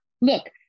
look